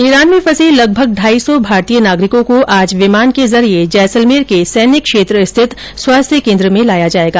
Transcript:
Iran में फंसे लगभग ढाई सौ भारतीय नागरिकों को आज विमान के जरिये जैसलमेर के सैन्य क्षेत्र स्थित स्वास्थ्य केन्द्र में लाया जाएगा